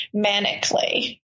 manically